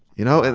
you know? and